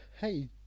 Hey